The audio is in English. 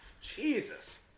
Jesus